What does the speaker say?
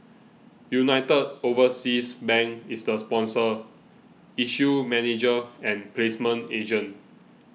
United Overseas Bank is the sponsor issue manager and placement agent